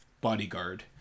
bodyguard